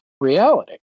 reality